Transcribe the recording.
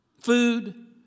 food